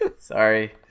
Sorry